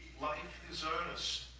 life is earnest.